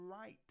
right